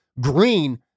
green